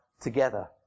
together